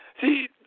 see